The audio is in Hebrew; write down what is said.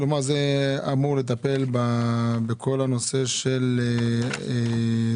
כלומר זה אמור לטפל בכל הנושא של טקסים